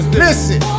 listen